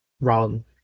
wrong